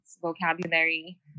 vocabulary